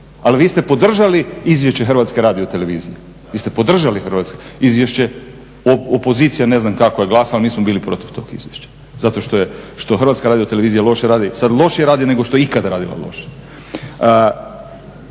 Ali vi ste podržali izvješće Hrvatske radiotelevizije, vi ste podržali izvješće. Opozicija ne znam kako je glasala, mi smo bili protiv tog izvješća zato što Hrvatska radiotelevizija loše radi. Sad lošije radi nego što je ikada radila loše.